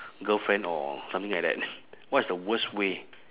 girlfriend or something like that what is the worst way